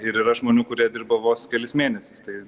ir yra žmonių kurie dirba vos kelis mėnesius tai